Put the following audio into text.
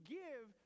give